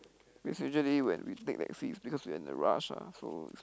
because usually when we take taxi is because we are in a rush ah so